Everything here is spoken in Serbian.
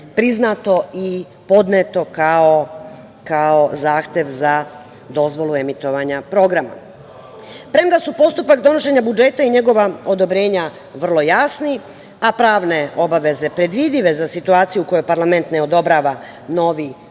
priznato i podneto kao zahtev za dozvolu emitovanja programa. Premda su postupak donošenja budžeta i njegova odobrenja vrlo jasni, a pravne obaveze predvidive za situaciju koju parlament ne odobrava novi budžet,